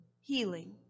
healing